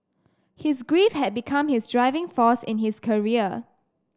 his grief had become his driving force in his career